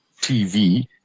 TV